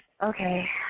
Okay